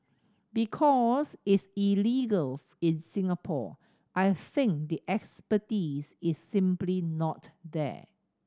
because it's illegal in Singapore I think the expertise is simply not there